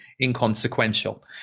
inconsequential